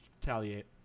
retaliate